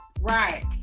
Right